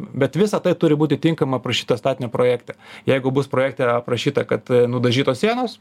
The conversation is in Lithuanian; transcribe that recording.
bet visa tai turi būti tinkamai aprašyta statinio projekte jeigu bus projekte aprašyta kad nudažytos sienos